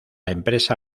empresa